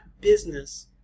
business